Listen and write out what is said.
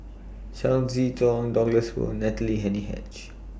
Chao Tzee Chong Douglas Foo Natalie Hennedige